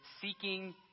seeking